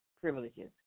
privileges